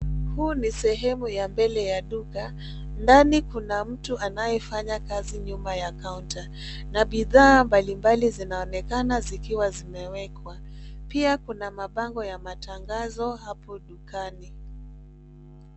Huu ni sehemu ya mbele ya duka. Ndani kuna mtu anafanya kazi nyuma ya counter ,na bidhaa mbalimbali zinaoonekana zikiwa zimewekwa. Pia kuna mabango ya matangazo hapo dukani.